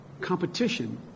competition